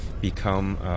become